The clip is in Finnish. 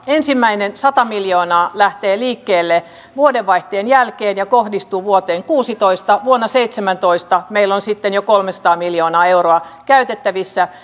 ensimmäinen sata miljoonaa lähtee liikkeelle vuodenvaihteen jälkeen ja kohdistuu vuoteen kuudentenatoista vuonna seitsemäntoista meillä on sitten jo kolmesataa miljoonaa euroa käytettävissä